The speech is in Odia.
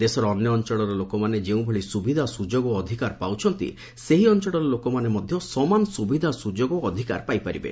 ଦେଶର ଅନ୍ୟ ଅଞ୍ଚଳର ଲୋକମାନେ ଯେଉଁଭଳି ସୁବିଧା ସୁଯୋଗ ଓ ଅଧିକାର ପାଉଛନ୍ତି ସେହି ଅଞ୍ଚଳର ଲୋକମାନେ ମଧ୍ୟ ସମାନ ସୁବିଧା ସୁଯୋଗ ଓ ଅଧିକାର ପାଇବେ